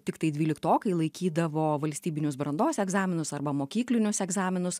tiktai dvyliktokai laikydavo valstybinius brandos egzaminus arba mokyklinius egzaminus